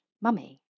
Mummy